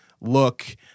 look